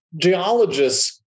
geologists